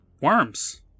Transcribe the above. worms